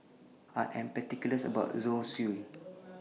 I Am particular about My Zosui